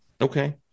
okay